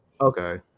Okay